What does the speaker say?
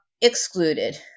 excluded